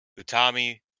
Utami